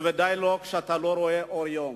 בוודאי לא כשאתה לא רואה אור יום,